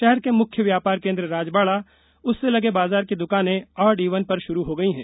शहर के मुख्य व्यापार केंद्र राजबाड़ा और उसके लगे बाजार की दुकानें ऑड ईवन पर शुरू हो गई हैं